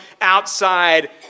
outside